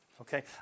Okay